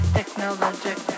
Technologic